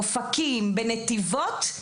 אופקים ונתיבות?